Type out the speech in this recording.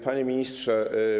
Panie Ministrze!